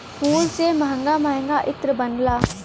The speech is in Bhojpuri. फूल से महंगा महंगा इत्र बनला